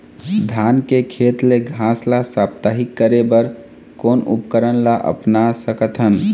धान के खेत ले घास ला साप्ताहिक करे बर कोन उपकरण ला अपना सकथन?